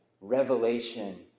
revelation